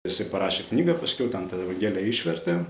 jisai parašė knygą paskiau ten tą evangeliją išvertė